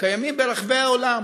קיימים ברחבי העולם.